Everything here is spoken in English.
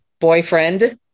boyfriend